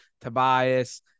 tobias